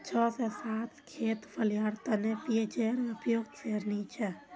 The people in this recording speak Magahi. छह से सात खेत फलियार तने पीएचेर उपयुक्त श्रेणी छे